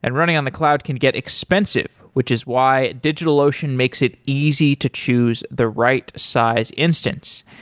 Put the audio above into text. and running on the cloud can get expensive, which is why digitalocean makes it easy to choose the right size instance.